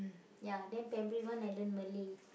ya then primary one I learn Malay